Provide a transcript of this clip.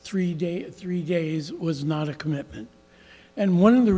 three days three days was not a commitment and one of the